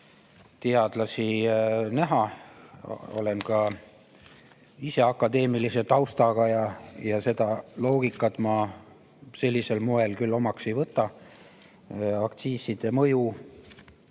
teadlasi näha. Ma olen ka ise akadeemilise taustaga ja seda loogikat ma sellisel moel küll omaks ei võta. Aktsiiside mõju